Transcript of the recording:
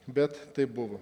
bet taip buvo